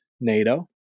NATO